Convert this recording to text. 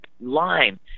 line